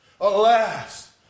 Alas